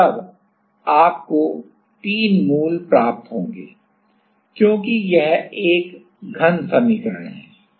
और तब आपको 3 मूल प्राप्त होंगे क्योंकि यह एक घन समीकरण है